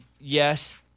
Yes